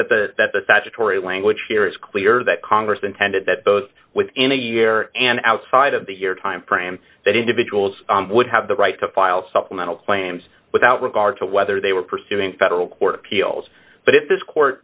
that the that the statutory language here is clear that congress intended that both within a year and outside of the year timeframe that individuals would have the right to file supplemental claims without regard to whether they were pursuing federal court appeals but if this court